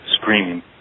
screaming